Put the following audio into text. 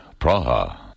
Praha